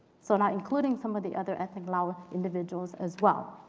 so now including some of the other ethnic lao individuals as well.